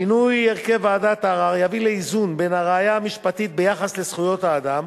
שינוי הרכב ועדת הערר יביא לאיזון בין הראייה המשפטית ביחס לזכויות אדם,